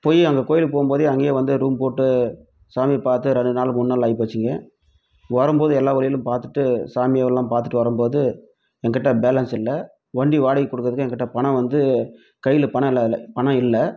போய் அங்கே கோயிலுக்கு போகும்போதே அங்கேயே வந்து ரூம் போட்டு சாமி பார்த்து ரெண்டு நாள் மூணு நாள் ஆகிப்போச்சிங்க வரும்போது எல்லா கோயிலும் பார்த்துட்டு சாமி எல்லாம் பார்த்துட்டு வரும்போது எங்கிட்ட பேலன்ஸ் இல்லை வண்டி வாடகைக்கு கொடுக்கறக்கு எங்கிட்ட பணம் வந்து கையில பணம் இல்லை அதில் பணம் இல்லை